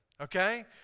Okay